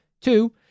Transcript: Two